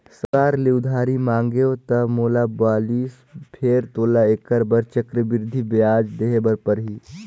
साहूकार ले उधारी मांगेंव त मोला बालिस फेर तोला ऐखर बर चक्रबृद्धि बियाज देहे बर परही